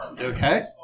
Okay